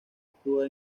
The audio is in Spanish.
actúa